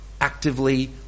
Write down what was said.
actively